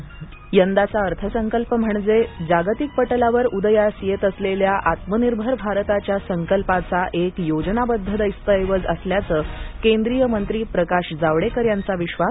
यंदाचा अर्थसंकल्प म्हणजे जागतिक पटलावर उदयास येत असलेल्या आत्मनिर्भर भारताच्या संकल्पाचा एक योजनाबद्ध दस्तऐवज असल्याचा केंद्रीय मंत्री प्रकाश जावडेकर यांचा विश्वास